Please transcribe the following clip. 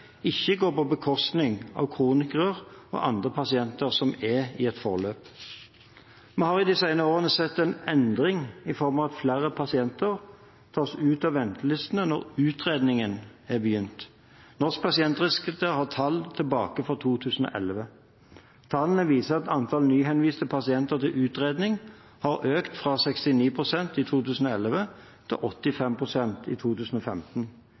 ikke går på bekostning av kronikere og andre pasienter som er i et forløp. Vi har i de senere årene sett en endring i form av at flere pasienter tas ut av ventelistene når utredningen er begynt. Norsk pasientregister har tall tilbake til 2011. Tallene viser at andelen nyhenviste pasienter til utredning har økt fra 69 pst. i 2011 til 85 pst. i 2015.